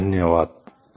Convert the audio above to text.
Thank you धन्यवाद